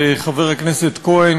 חבר הכנסת כהן,